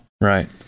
Right